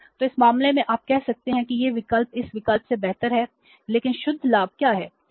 तो इस मामले में आप कह सकते हैं कि यह विकल्प इस विकल्प से बेहतर है लेकिन शुद्ध लाभ क्या है